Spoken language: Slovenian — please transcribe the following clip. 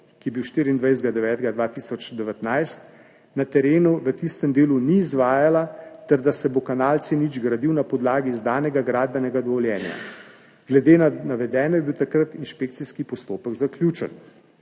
ki je bil 24. 9. 2019, na terenu v tistem delu ni izvajala ter da se bo kanal C0 gradil na podlagi izdanega gradbenega dovoljenja. Glede na navedeno je bil takrat inšpekcijski postopek zaključen.